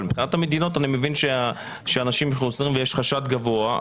אבל מבחינת המדינות אני מבין שאנשים חוזרים ויש חשד גבוה,